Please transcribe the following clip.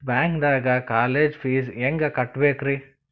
ಬ್ಯಾಂಕ್ದಾಗ college fees ಹೆಂಗ್ ಕಟ್ಟ್ಬೇಕ್ರಿ?